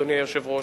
אדוני היושב-ראש,